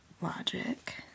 logic